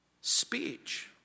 speech